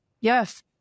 Yes